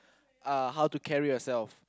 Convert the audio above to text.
uh how to carry yourself